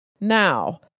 now